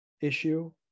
issue